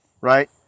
right